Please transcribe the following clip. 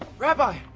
ah rabbi,